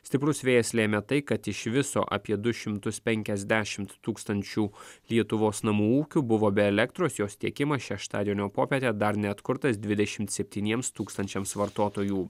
stiprus vėjas lėmė tai kad iš viso apie du šimtus penkiasdešimt tūkstančių lietuvos namų ūkių buvo be elektros jos tiekimas šeštadienio popietę dar neatkurtas dvidešimt septyniems tūkstančiams vartotojų